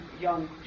young